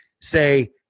say